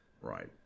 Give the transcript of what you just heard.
right